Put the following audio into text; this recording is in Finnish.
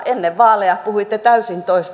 ennen vaaleja puhuitte täysin toista